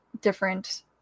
different